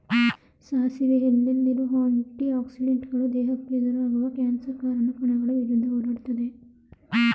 ಸಾಸಿವೆ ಎಲೆಲಿರೋ ಆಂಟಿ ಆಕ್ಸಿಡೆಂಟುಗಳು ದೇಹಕ್ಕೆ ಎದುರಾಗುವ ಕ್ಯಾನ್ಸರ್ ಕಾರಕ ಕಣಗಳ ವಿರುದ್ಧ ಹೋರಾಡ್ತದೆ